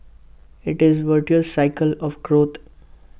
IT is A virtuous cycle of growth